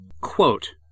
Quote